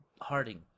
Harding